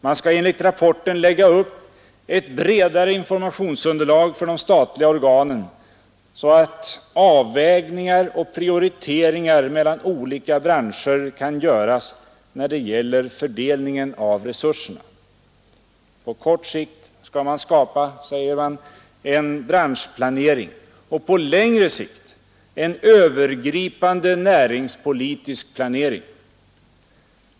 Man skall enligt rapporten lägga upp ett bredare informationsunderlag för de statliga organen så att avvägningar och prioriteringar mellan olika branscher kan göras när det gäller fördelningen av resurserna. På kort sikt skall man skapa, sägs det, en branschplanering och på längre sikt en övergripande näringspolitisk planering.